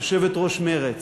יושבת-ראש מרצ,